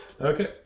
Okay